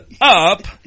up